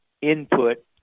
input